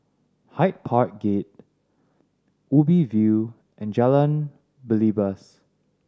Hyde Park Gate Ubi View and Jalan Belibas